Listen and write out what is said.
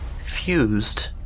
fused